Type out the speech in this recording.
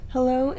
Hello